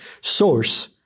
source